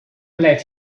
let